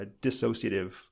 dissociative